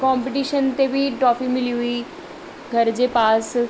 competition ते बि trophy मिली हुई घर जे पास